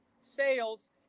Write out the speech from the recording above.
sales